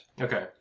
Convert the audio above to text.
Okay